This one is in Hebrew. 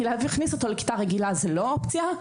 כי להכניס אותו לכיתה רגילה זה לא אופציה,